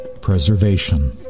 preservation